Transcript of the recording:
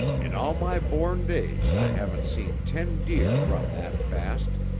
in all my born days i haven't seen ten deer run that fast,